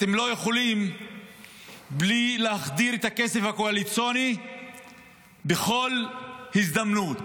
אתם לא יכולים בלי להחדיר את הכסף הקואליציוני בכל הזדמנות.